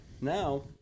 now